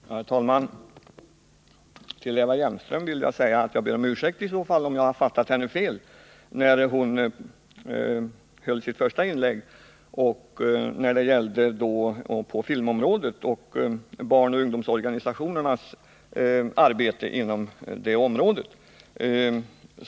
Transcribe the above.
Herr talman! Till Eva Hjelmström vill jag säga att jag ber om ursäkt om jag fattade henne fel, när hon gjorde sitt första inlägg och talade om filmområdet och barnoch ungdomsorganisationernas arbete inom det området.